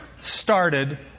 started